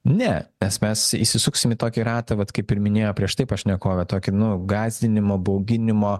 ne nes mes įsisuksim į tokį ratą vat kaip ir minėjo prieš tai pašnekovė tokį nu gąsdinimo bauginimo